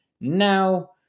now